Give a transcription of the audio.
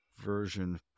Version